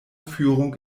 führung